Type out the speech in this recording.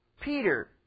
Peter